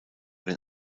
den